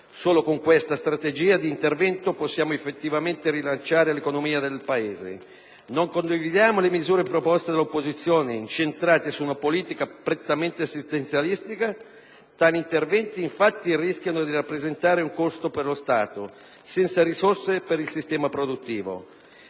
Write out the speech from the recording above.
Solo con questa strategia di intervento possiamo effettivamente rilanciare l'economia del Paese. Non condividiamo le misure proposte dall'opposizione, incentrate su una politica prettamente assistenzialistica. Tali interventi infatti rischiano di rappresentare un costo per lo Stato, senza risorse per il sistema produttivo.